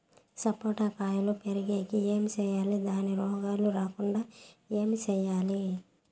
సపోట కాయలు పెరిగేకి ఏమి సేయాలి దానికి రోగాలు రాకుండా ఏమి సేయాలి?